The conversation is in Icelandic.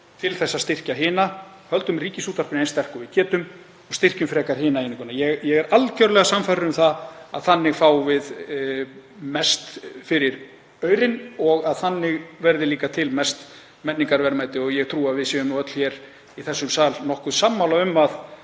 til að styrkja hina. Höldum Ríkisútvarpinu eins sterku og við getum og styrkjum frekar hina eininguna. Ég er algerlega sannfærður um að þannig fáum við mest fyrir aurinn og að þannig verði líka til mest menningarverðmæti. Og ég trúi að við séum öll hér í þessum sal nokkuð sammála um að